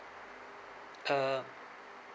uh